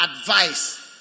advice